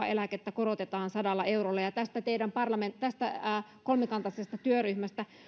eläkettä korotetaan sadalla eurolla ja tästä teidän kolmikantaisesta työryhmästänne